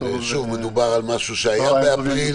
שוב, מדובר על משהו שהיה באפריל.